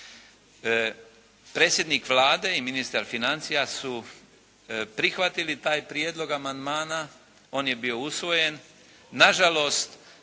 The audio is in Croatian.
Predsjednik Vlade i ministar financija su prihvatili taj prijedlog amandmana. On je bio usvojen.